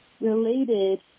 related